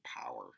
power